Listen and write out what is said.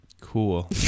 cool